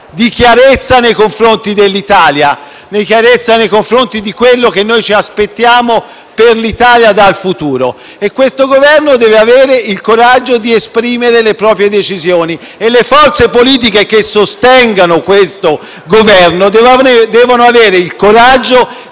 di chiarezza nei confronti dell'Italia e di quello che noi ci aspettiamo per l'Italia dal futuro. Il Governo deve avere il coraggio di esprimere le proprie decisioni e le forze politiche che lo sostengono devono avere il coraggio